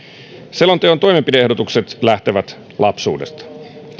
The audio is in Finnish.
selonteon toimenpide ehdotukset lähtevät lapsuudesta